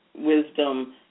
wisdom